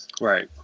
right